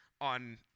on